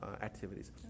activities